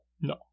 No